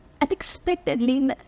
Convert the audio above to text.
unexpectedly